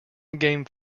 game